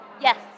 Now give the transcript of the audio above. Yes